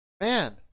man